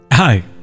Hi